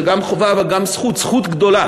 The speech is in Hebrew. זו גם חובה אבל גם זכות, זכות גדולה